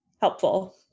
helpful